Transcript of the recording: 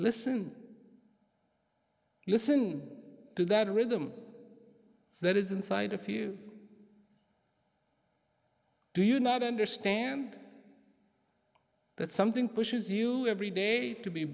listen listen to that rhythm that is inside if you do you not understand but something pushes you every day to be